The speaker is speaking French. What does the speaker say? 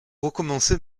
recommencer